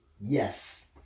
Yes